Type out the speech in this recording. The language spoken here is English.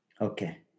Okay